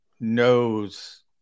knows